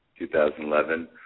2011